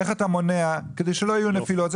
איך אתה מונע כדי שלא יהיו נפילות,